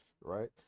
right